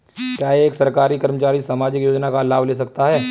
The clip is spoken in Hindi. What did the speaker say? क्या एक सरकारी कर्मचारी सामाजिक योजना का लाभ ले सकता है?